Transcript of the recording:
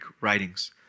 writings